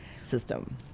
system